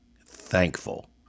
thankful